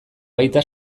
baita